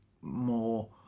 more